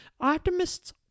Optimists